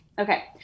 Okay